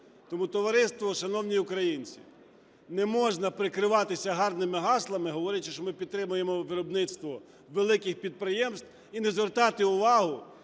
Тому, товариство, шановні українці, не можна прикриватися гарними гаслами, говорячи, що ми підтримуємо виробництво великих підприємств і не звертати увагу